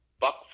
Buck